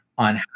on